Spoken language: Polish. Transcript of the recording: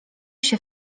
się